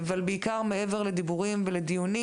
בעיקר מעבר לדיונים ודיבורים,